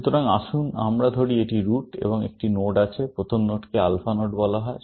সুতরাং আসুন আমরা ধরি এটি রুট এবং একটি নোড আছে প্রথম নোডকে আলফা নোড বলা হয়